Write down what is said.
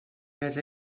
les